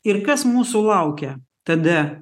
ir kas mūsų laukia tada